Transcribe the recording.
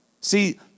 See